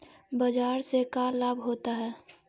बाजार से का लाभ होता है?